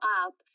up